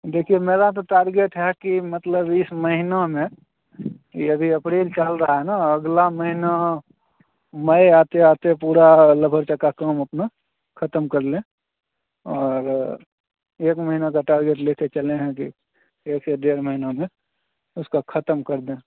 देखिए मेरा तो टारगेट है कि मतलब इस महीना में कि अभी अप्रैल चल रहा है ना अगला महीना मई आते आते पूरा लभरचक का काम अपना ख़त्म कर लें और एक महीने का टारगेट ले कर चलें हैं कि एक से डेढ़ महीना में उसका ख़त्म कर दें